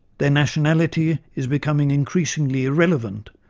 their nationality is becoming increasingly irrelevant,